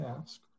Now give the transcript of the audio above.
ask